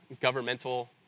governmental